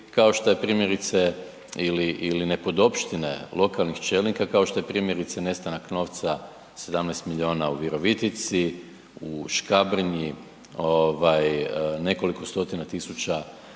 kao što je primjerice ili nepodopštine lokalnih čelnika kao što je primjerice nestanak novca, 17 milijuna u Virovitici, u Škabrnji, nekoliko stotina tisuća